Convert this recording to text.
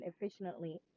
efficiently